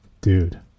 dude